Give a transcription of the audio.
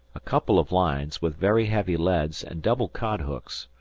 a couple of lines, with very heavy leads and double cod-hooks,